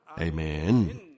Amen